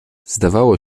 zdawało